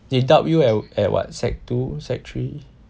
they doubt you at at what sec two sec three